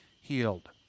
healed